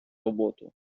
роботу